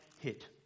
hit